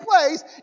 place